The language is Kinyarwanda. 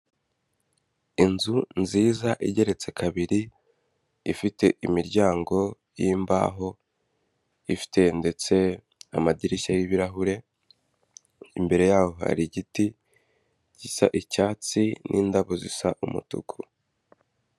Inzu nziza igeretse kabiri ifite imiryango y'imbaho ifite ndetse amadirishya y'ibirahure imbere yaho hari igiti gisa icyatsi n'indabo zisa umutuku.